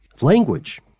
Language